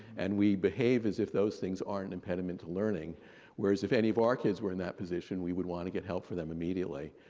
and we behave as if those things aren't impediment to learning learning whereas if any of our kids were in that position, we would want to get help for them immediately.